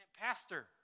pastor